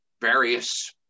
various